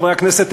חברי הכנסת,